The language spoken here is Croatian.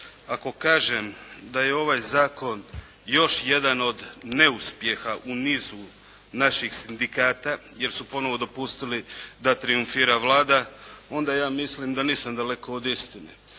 Ako kažem da je ovaj zakon još jedan od neuspjeha u nizu naših sindikata, jer su ponovno dopustili da trijumfira Vlada, onda ja mislim da nisam daleko od istine.